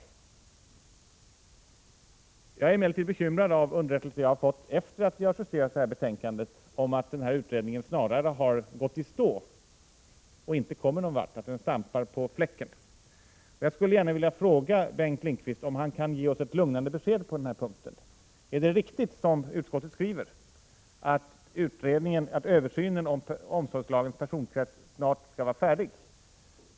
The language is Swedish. Men jag är bekymrad på grund av underrättelser som jag har fått, efter det att vi justerat betänkandet, om att denna utredning snarare har gått i stå — att den stampar på fläcken och inte kommer någon vart. Jag skulle gärna vilja fråga Bengt Lindqvist om han kan ge oss ett lugnande besked på den här punkten. Är det riktigt, som utskottet skriver, att översynen av omsorgslagens personkrets snart skall vara färdig?